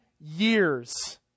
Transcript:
years